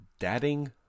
dadding